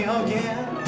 again